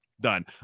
done